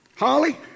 Holly